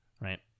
right